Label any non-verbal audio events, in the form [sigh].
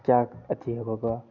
क्या अथि [unintelligible]